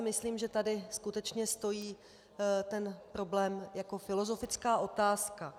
Myslím, že tady skutečně stojí ten problém jako filozofická otázka.